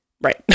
Right